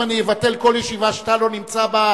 אם אני אבטל כל ישיבה שאתה לא נמצא בה,